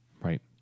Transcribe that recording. Right